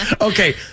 okay